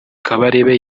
kabarebe